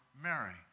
Mary